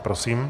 Prosím.